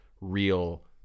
real